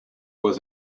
was